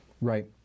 Right